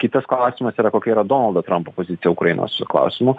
kitas klausimas yra kokia yra donaldo trampo pozicija ukrainos klausimu